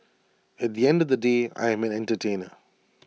at the end of they day I am an entertainer